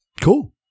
Cool